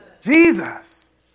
Jesus